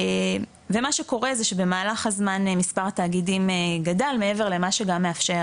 ומה שקורה זה שמהלך הזמן מספר התאגידים גדל מעבר למה שגם מאפשר,